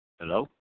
Hello